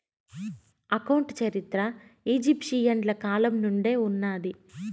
account చరిత్ర ఈజిప్షియన్ల కాలం నుండే ఉన్నాది